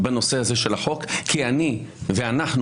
כי אני ואנחנו,